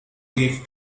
leaf